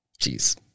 Jeez